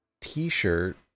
t-shirt